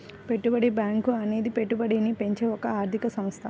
పెట్టుబడి బ్యాంకు అనేది పెట్టుబడిని పెంచే ఒక ఆర్థిక సంస్థ